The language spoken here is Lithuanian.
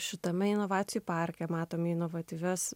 šitame inovacijų parke matome inovatyvias